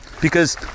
Because-